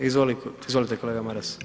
Izvolite kolega Maras.